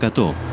to